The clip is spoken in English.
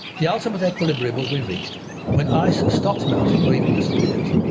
the ultimate equilibrium will be reached when ice stops melting, or even disappears,